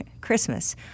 Christmas